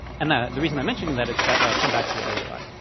and the the reason i'm mentioning that is i'll come back to it later on.